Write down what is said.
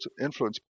influence